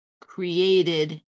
created